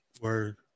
Word